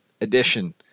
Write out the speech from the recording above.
edition